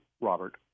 Robert